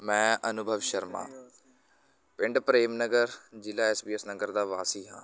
ਮੈਂ ਅਨੁਭਵ ਸ਼ਰਮਾ ਪਿੰਡ ਪ੍ਰੇਮ ਨਗਰ ਜ਼ਿਲ੍ਹਾ ਐੱਸਬੀਐੱਸ ਨਗਰ ਦਾ ਵਾਸੀ ਹਾਂ